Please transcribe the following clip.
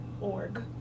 org